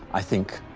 i think,